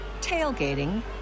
tailgating